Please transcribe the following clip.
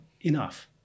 enough